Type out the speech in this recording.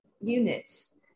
units